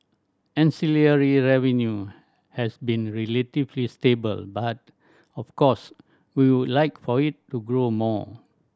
ancillary revenue has been relatively stable but of course we would like for it to grow more